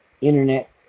internet